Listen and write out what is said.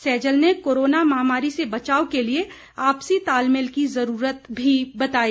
सैजल ने कोरोना महामारी से बचाव के लिए आपसी तालमेल की जरूरत भी बताई